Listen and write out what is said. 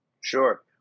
Sure